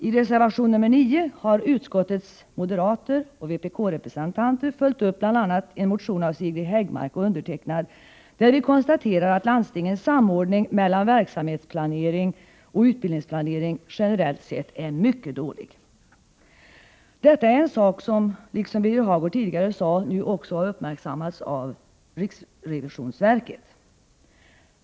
I reservation nr 9 har utskottets moderater och vpkrepresentanter följt upp bl.a. en motion av Siri Häggmark och mig, där vi konstaterar att landstingens samordning mellan verksamhetsplanering och utbildningsplanering generellt sett är mycket dålig. Detta är en sak som, liksom Birger Hagård tidigare sade, nu också uppmärksammats av riksrevisionsverket.